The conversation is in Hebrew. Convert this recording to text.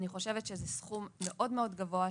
אני חושבת שזה סכום מאוד גבוה שמצטרף.